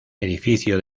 edificio